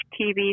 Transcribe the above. TV